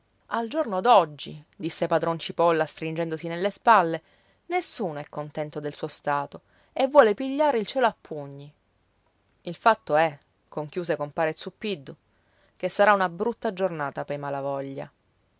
al giorno d'oggi disse padron cipolla stringendosi nelle spalle nessuno è contento del suo stato e vuol pigliare il cielo a pugni il fatto è conchiuse compare zuppiddu che sarà una brutta giornata pei malavoglia